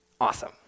Awesome